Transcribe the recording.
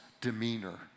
demeanor